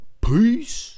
Peace